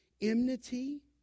Enmity